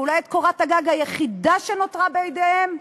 ואולי את קורת הגג היחידה שנותרה בידיהם,